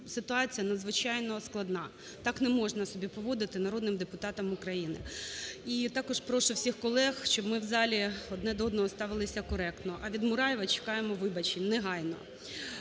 ситуація надзвичайно складна. Так не можна себе поводити народним депутатам України. І також прошу всіх колег, щоб ми в залі одне до одного ставилися коректно. А від Мураєва чекаємо вибачень негайно.